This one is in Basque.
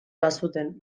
bazuten